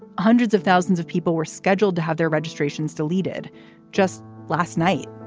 hundreds of thousands of people were scheduled to have their registrations deleted just last night.